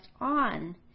on